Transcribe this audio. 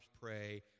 pray